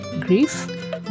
grief